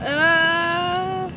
uh